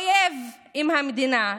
של אויב עם המדינה,